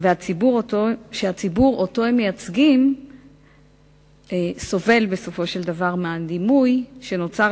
שהציבור שאותו הם מייצגים סובל בסופו של דבר מהדימוי שנוצר